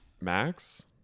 Max